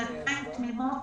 שנתיים תמימות.